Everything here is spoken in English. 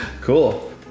Cool